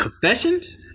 Confessions